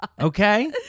Okay